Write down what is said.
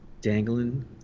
dangling